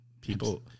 People